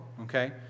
Okay